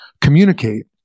communicate